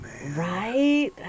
right